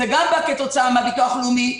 זה גם בא כתוצאה מהביטוח הלאומי,